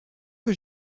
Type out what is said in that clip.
que